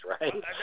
right